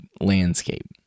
landscape